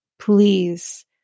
please